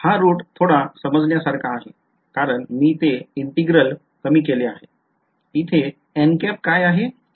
हा root थोडा समजण्या सारखा आहे कारण मी ते integral कमी केले आहे इथे काय आहे